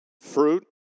fruit